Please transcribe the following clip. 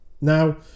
Now